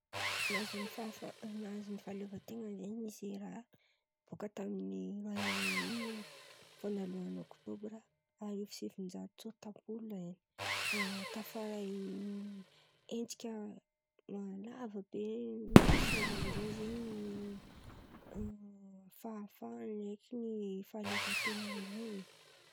Nahazo ny fahafa- nahazo ny fahaleovan-ten̈a zen̈y Nizerià bôka tamin’i Roaiômy onia ny vônalohan’ny ôktôbra arivo sy sivin-jato tsôtam-polo e, tafaran’ny hetsika lava be nampisehoan-dreo zen̈y ny fahafahany draiky ny fahaleovan-ten̈an’ireo e.